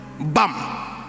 Bam